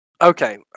Okay